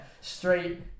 straight